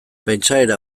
pentsaera